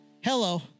Hello